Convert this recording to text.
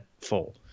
full